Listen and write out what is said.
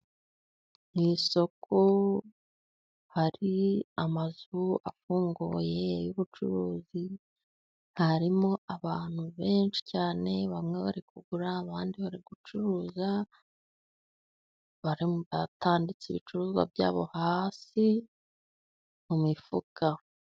Mu isoko hari amazu afunguye y'ubucuruzi , harimo abantu benshi cyane. Bamwe bari kugura , abandi bari gucuruza , batanditse ibicuruzwa byabo hasi mu mifuka.